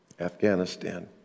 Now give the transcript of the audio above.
Afghanistan